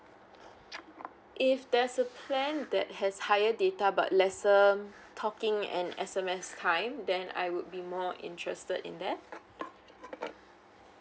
if there's a plan that has higher data but lesser talking and as S_M_S kind then I would be more interested in that